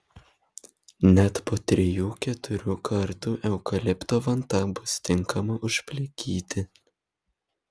net po trijų keturių kartų eukalipto vanta bus tinkama užplikyti